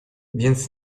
więc